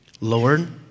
Lord